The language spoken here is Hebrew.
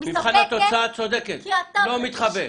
--- מבחן התוצאה את צודקת, לא מתחבא.